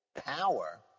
power